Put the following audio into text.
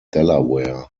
delaware